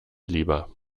lieber